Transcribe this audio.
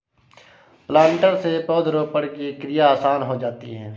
planter से पौधरोपण की क्रिया आसान हो जाती है